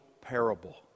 parable